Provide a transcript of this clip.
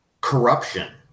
corruption